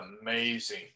amazing